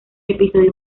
episodio